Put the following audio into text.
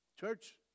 church